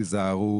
תיזהרו,